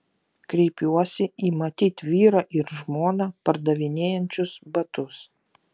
kreipiuosi į matyt vyrą ir žmoną pardavinėjančius batus